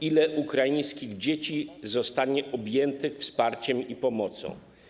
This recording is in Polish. Ile ukraińskich dzieci zostanie objętych wsparciem i pomocą?